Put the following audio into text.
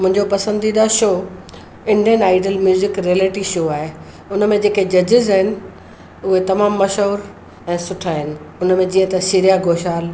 मुंहिंजो पसंदीदा show Indian Idol music reality show आहे उन में जेके जजिस आहिनि उहे तमामु मशहूर ऐं सुठा आहिनि उन में जीअं त श्रेया घोशाल